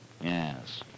Yes